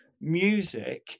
music